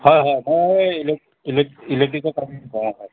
হয় হয় মই ইলেক ইলেক ইলেক্ট্ৰিকৰ কাম কৰোঁ অ হয়